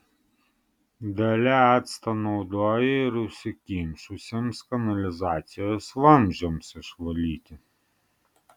dalia actą naudoja ir užsikimšusiems kanalizacijos vamzdžiams išvalyti